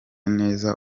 neza